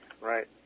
right